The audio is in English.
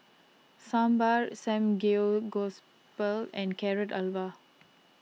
Sambar Samgegospal and Carrot Halwa